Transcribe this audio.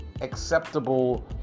acceptable